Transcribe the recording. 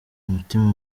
mutima